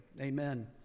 amen